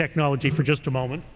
technology for just a moment